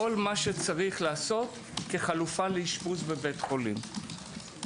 כל מה שצריך לעשות כחלופה לאשפוז בבית חולים.